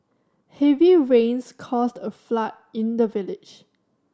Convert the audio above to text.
heavy rains caused a flood in the village